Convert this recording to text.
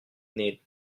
need